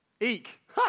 Eek